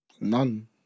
None